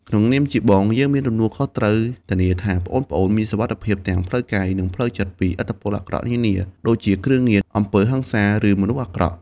ក្នុងនាមជាបង យើងមានទំនួលខុសត្រូវធានាថាប្អូនៗមានសុវត្ថិភាពទាំងផ្លូវកាយ និងផ្លូវចិត្ត ពីឥទ្ធិពលអាក្រក់នានា ដូចជាគ្រឿងញៀន អំពើហិង្សា ឬមនុស្សអាក្រក់។